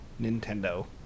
Nintendo